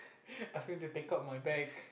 ask me to take out my bag